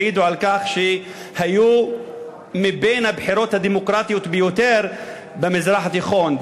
העידו על כך שהיו בין הבחירות הדמוקרטיות ביותר במזרח התיכון.